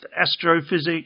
astrophysics